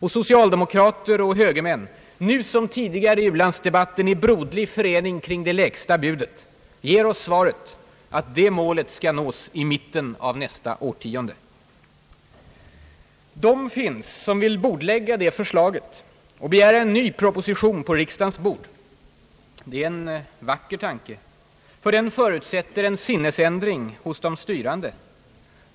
Och socialdemokrater och högermän, nu som tidigare i ulandsdebatten i broderlig förening kring det lägsta budet, ger oss svaret att det målet skall nås i mitten av nästa årtionde. De finns som vill bordlägga förslaget och begära en ny proposition på riksdagens bord. Det är en vacker tanke ty den förutsätter en sinnesändring hos de styrande.